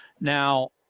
Now